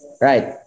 right